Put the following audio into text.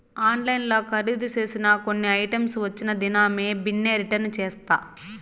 ఆన్లైన్ల కరీదు సేసిన కొన్ని ఐటమ్స్ వచ్చిన దినామే బిన్నే రిటర్న్ చేస్తా